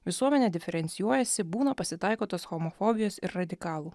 visuomenė diferencijuojasi būna pasitaiko tos homofobijos ir radikalų